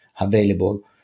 available